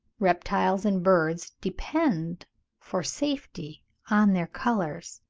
reptiles, and birds depend for safety on their colours.